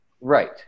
Right